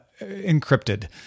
encrypted